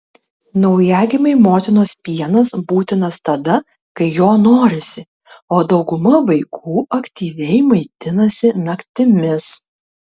naujagimiui motinos pienas būtinas tada kai jo norisi o dauguma vaikų aktyviai maitinasi naktimis